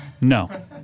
No